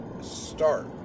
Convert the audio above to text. start